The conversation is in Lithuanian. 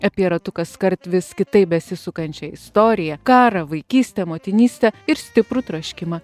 apie ratu kaskart vis kitaip besisukančią istoriją karą vaikystę motinystę ir stiprų troškimą